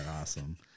awesome